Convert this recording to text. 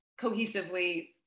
cohesively